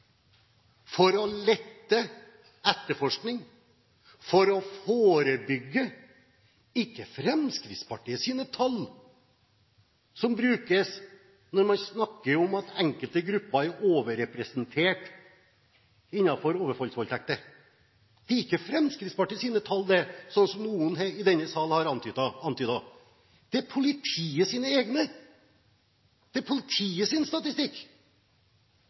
for å lette etterforskning, for å forebygge. Det er ikke Fremskrittspartiets tall som brukes når man snakker om at enkelte grupper er overrepresentert innenfor overfallsvoldtekter. Det er ikke Fremskrittspartiets tall, slik noen i denne sal har antydet. Det er politiets egne. Det er politiets statistikk.